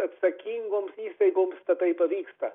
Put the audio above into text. atsakingoms įstaigoms tatai pavyksta